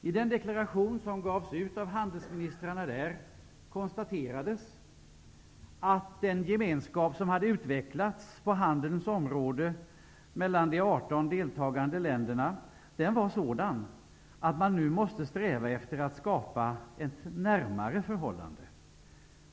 I den deklaration som gavs ut av handelsministrarna där konstaterades att den gemenskap som hade utvecklats på handelns område mellan de 18 deltagande länderna var sådan att man nu måste sträva efter att skapa ett närmare förhållande.